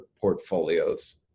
portfolios